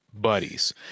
buddies